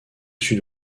sud